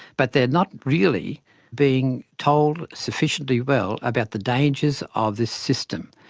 but they're not really being told sufficiently well about the dangers of this system,